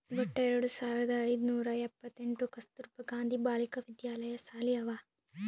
ವಟ್ಟ ಎರಡು ಸಾವಿರದ ಐಯ್ದ ನೂರಾ ಎಪ್ಪತ್ತೆಂಟ್ ಕಸ್ತೂರ್ಬಾ ಗಾಂಧಿ ಬಾಲಿಕಾ ವಿದ್ಯಾಲಯ ಸಾಲಿ ಅವಾ